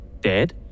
Dead